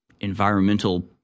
environmental